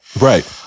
right